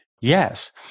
Yes